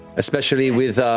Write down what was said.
especially with